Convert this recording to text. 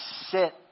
sit